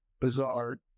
bizarre